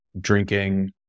drinking